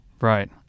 Right